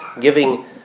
giving